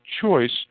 choice